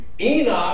Enoch